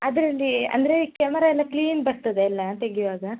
ಅದರಲ್ಲೀ ಅಂದರೆ ಕ್ಯಮರ ಎಲ್ಲ ಕ್ಲೀನ್ ಬರ್ತದಾ ಎಲ್ಲ ತೆಗೆಯುವಾಗ